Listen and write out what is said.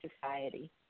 society